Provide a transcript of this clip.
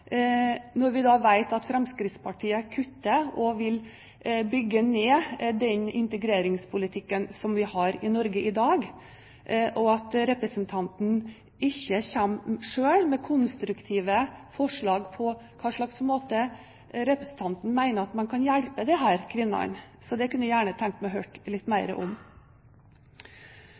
når vi nå vet at Fremskrittspartiet kutter og vil bygge ned integreringspolitikken vi har i Norge i dag. Representanten kommer ikke selv med konstruktive forslag om hva slags måte hun mener man kan hjelpe disse kvinnene på. Det kunne jeg gjerne tenkt meg å høre mer om.